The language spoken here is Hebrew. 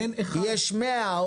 יש 100,